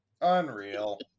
Unreal